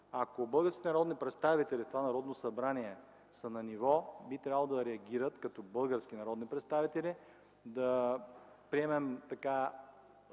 Ако българските народни представители в това Народно събрание са на ниво, би трябвало да реагират като български народни представители, да приемем